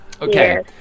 Okay